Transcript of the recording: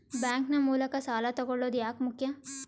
Bank ನ ಮೂಲಕ ಸಾಲ ತಗೊಳ್ಳೋದು ಯಾಕ ಮುಖ್ಯ?